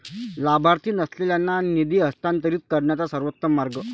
लाभार्थी नसलेल्यांना निधी हस्तांतरित करण्याचा सर्वोत्तम मार्ग